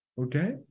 Okay